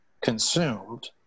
consumed